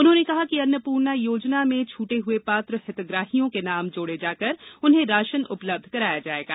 उन्होंने कहा कि अन्नपूर्णा योजना में छूटे हुए पात्र हितग्राहियों के नाम जोड़े जाकर उन्हें राशन उपलब्ध कराया जायेगा